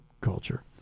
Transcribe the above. culture